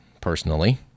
personally